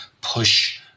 push